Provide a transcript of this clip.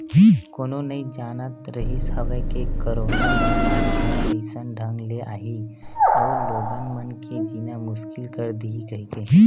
कोनो नइ जानत रिहिस हवय के करोना महामारी ह अइसन ढंग ले आही अउ लोगन मन के जीना मुसकिल कर दिही कहिके